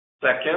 Second